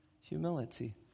humility